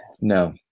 no